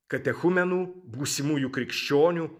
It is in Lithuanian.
katechumenų būsimųjų krikščionių